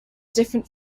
different